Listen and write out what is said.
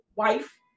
wife